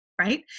right